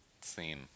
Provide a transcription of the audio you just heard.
scene